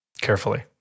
Carefully